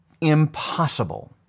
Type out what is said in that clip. impossible